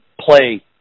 play